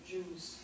Jews